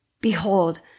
Behold